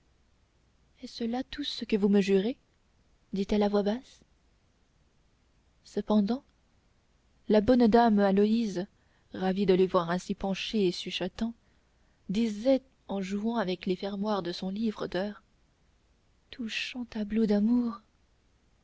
est-ce là tout ce que vous me jurez dit-elle à voix basse cependant la bonne dame aloïse ravie de les voir ainsi penchés et chuchotant disait en jouant avec les fermoirs de son livre d'heures touchant tableau d'amour